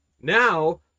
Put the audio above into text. now